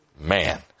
Man